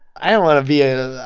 i don't want to be and